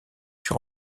sur